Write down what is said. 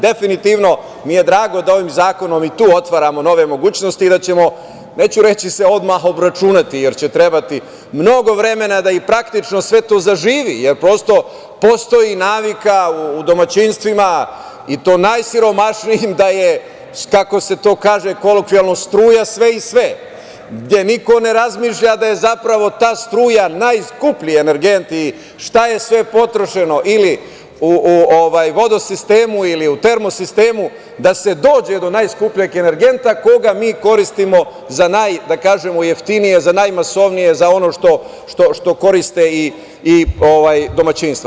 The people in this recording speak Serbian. Definitivno mi je drago da ovim zakonom i tu otvaramo nove mogućnosti i da ćemo, neću reći se odmah obračunati, jer će trebati mnogo vremena da i praktično sve to zaživi, jer prosto postoji navika u domaćinstvima i to najsiromašnijim da je, kako se to kaže kolokvijalno – struja sve i sve, gde niko ne razmišlja da je zapravo ta struja najskuplji energent i šta je sve potrošeno ili u vodosistemu ili u termosistemu da se dođe do najskupljeg energenta koga mi koristimo za najjeftinije, za najmasovnije, za ono što koriste i domaćinstva.